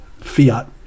fiat